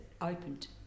opened